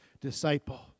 disciple